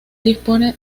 dispone